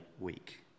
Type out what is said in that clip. week